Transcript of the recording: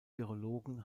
virologen